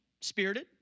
spirited